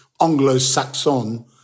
Anglo-Saxon